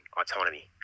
autonomy